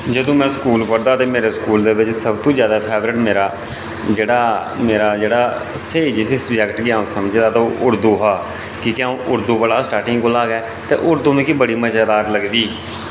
जदूं में स्कूल पढ़दा हा तां मेरे स्कूल दे बिच सबतूं जैदा फेबरेट मेरा जेह्ड़ा मेरा जेह्ड़ा स्हेई जिसी सबजैक्ट गी अ'ऊं समझदा तां ओह् उर्दू हा की के अ'ऊं उर्दू पढ़ा दा स्टार्टिंग कोला गै ते उर्दू मिगी बड़ी मजेदार लगदी ही